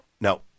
No